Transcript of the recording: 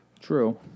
True